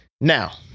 now